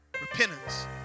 repentance